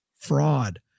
Fraud